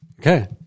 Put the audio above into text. Okay